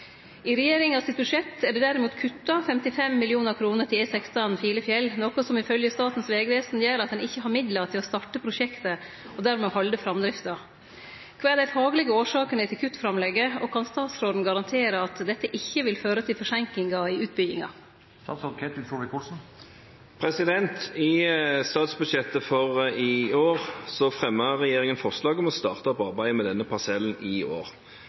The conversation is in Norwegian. regjeringa sitt budsjett er det derimot kutta 55 mill. kr til E16 Filefjell, noko som ifølgje Statens vegvesen gjer at ein ikkje har midlar til å starte prosjektet og dermed halde framdrifta. Kva er dei faglege årsakene til kuttframlegget, og kan statsråden garantere at dette ikkje vil føre til forseinkingar i utbygginga?» I statsbudsjettet for i år fremmet regjeringen forslag om å starte på arbeidet med denne parsellen i år.